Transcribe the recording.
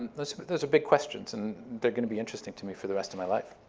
those those are big questions, and they're going to be interesting to me for the rest of my life.